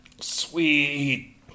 Sweet